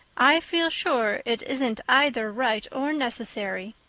i feel sure it isn't either right or necessary.